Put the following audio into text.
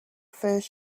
first